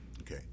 Okay